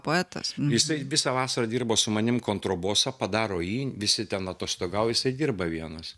poetas jisai visą vasarą dirbo su manimi kontrabosą padaro visi ten atostogauja jisai dirba vienas